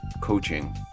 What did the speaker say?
coaching